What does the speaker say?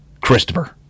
Christopher